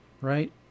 Right